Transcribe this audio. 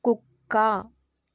కుక్క